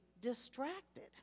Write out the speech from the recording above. distracted